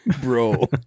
bro